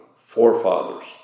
forefathers